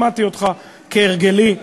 שמעתי אותך, כהרגלי.